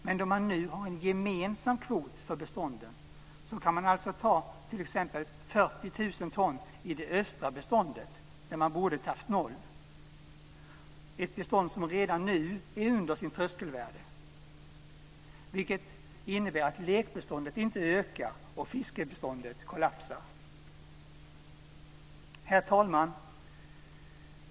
Men då man nu har en gemensam kvot för bestånden kan man alltså ta t.ex. 40 000 ton i det östra beståndet, där man borde ha tagit 0 ton eftersom beståndet redan nu är under sitt tröskelvärde, vilket innebär att lekbeståndet inte ökar, och fiskbeståndet kollapsar. Herr talman!